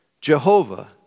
Jehovah